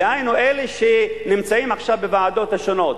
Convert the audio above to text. דהיינו, אלה שנמצאים עכשיו בוועדות השונות,